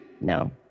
No